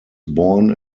born